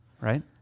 right